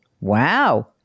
Wow